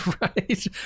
Right